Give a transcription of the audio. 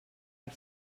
per